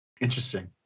Interesting